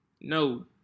No